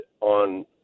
on